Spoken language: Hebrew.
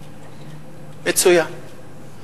מצוין.